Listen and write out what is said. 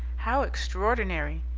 how extraordinary!